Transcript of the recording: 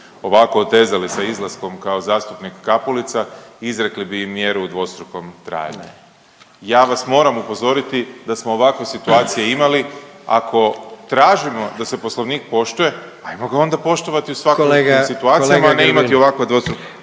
ovako otezali sa izlaskom kao zastupnik Kapulica, izrekli bi im mjeru u dvostrukom trajanju. .../Upadica: Ne./... Ja vas moram upozoriti da smo ovakve situacije imali, ako tražimo da se Poslovnik poštuje, ajmo ga onda poštovati u svakakvim situacijama … .../Upadica: Kolega,